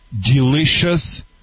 delicious